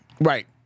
Right